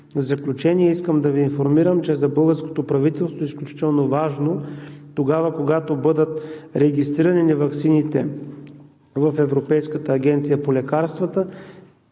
заключение, искам да Ви информирам, че за българското правителство е изключително важно, когато бъдат регистрирани ваксините в Европейската агенция по лекарствата,